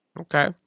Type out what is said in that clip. Okay